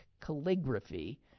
calligraphy